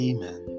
Amen